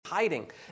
hiding